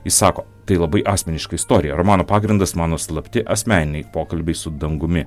jis sako tai labai asmeniška istorija romano pagrindas mano slapti asmeniniai pokalbiai su dangumi